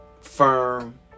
firm